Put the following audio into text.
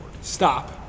Stop